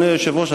אדוני היושב-ראש,